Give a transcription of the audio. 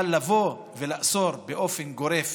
אבל לבוא ולאסור באופן גורף